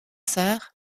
sœurs